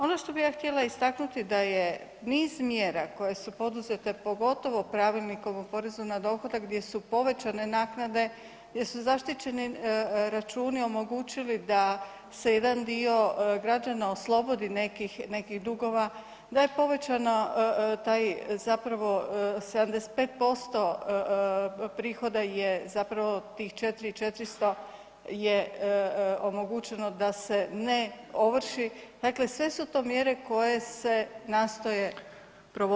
Ono što bi ja htjela istaknuti da je niz mjera koje su poduzete pogotovo Pravilnikom o porezu na dohodak gdje su povećane naknade, gdje su zaštićeni računi omogućili da se jedan do građana oslobodi nekih dugova, da je povećan taj zapravo 75% prihoda je zapravo tih 4, 4400 omogućeno da se ne ovrši, dakle sve su to mjere koje se nastoje provoditi i